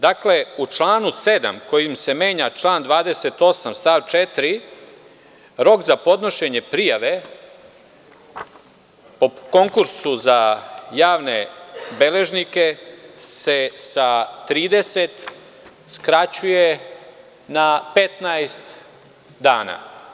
Dakle, u članu 7. kojim se menja član 28. stav 4. rok za podnošenje prijavepo konkursu za javne beležnike se sa 30 skraćuje na 15 dana.